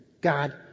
God